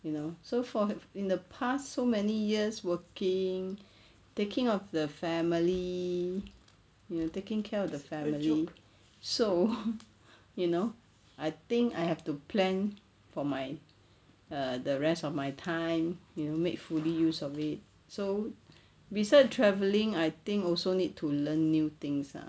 you know so for in the past so many years working the taking of the family you taking care of the family so you know I think I have to plan for my err the rest of my time you make fully use of it so besides travelling I think also need to learn new things ah